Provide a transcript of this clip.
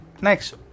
Next